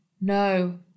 no